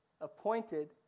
Appointed